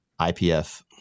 ipf